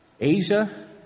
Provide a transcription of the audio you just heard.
Asia